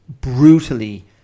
brutally